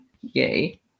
Yay